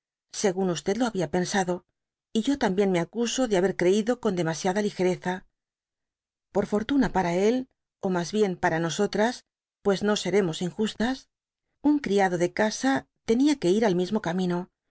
según lo habia pensado y yo también me acuso haber creido con demasiada ligereza por fortuna para él ó mas bien paranosotraspues no seremos injustas dby google un criado de casa tenia que ir por el mismo camino